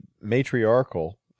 matriarchal